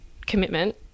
commitment